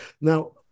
Now